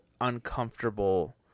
uncomfortable